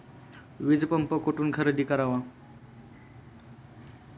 वीजपंप कुठून खरेदी करावा?